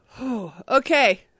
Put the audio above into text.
Okay